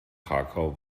krakau